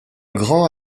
grand